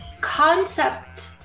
concept